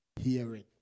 hearing